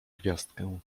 gwiazdkę